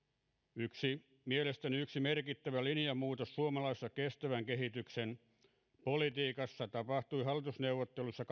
arvoisa puhemies mielestäni yksi merkittävä linjanmuutos suomalaisessa kestävän kehityksen politiikassa tapahtui hallitusneuvotteluissa